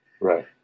Right